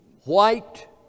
white